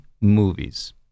movies